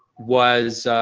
was,